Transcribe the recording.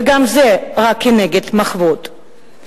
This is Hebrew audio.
וגם זה רק כנגד מחוות.